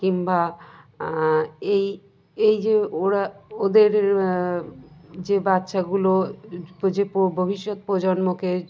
কিংবা এই এই যে ওরা ওদের যে বাচ্চাগুলো যে ভবিষ্যৎ প্রজন্মকে